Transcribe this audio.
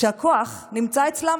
נמצא אצלם,